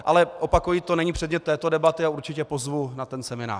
Ale opakuji, to není předmět této debaty a určitě pozvu na ten seminář.